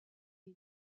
une